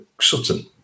Sutton